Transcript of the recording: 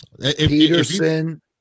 Peterson